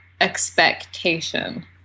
expectation